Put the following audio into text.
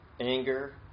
anger